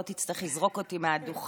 לא תצטרך לזרוק אותי מהדוכן.